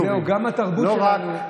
לא רק,